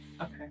Okay